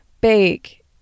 bake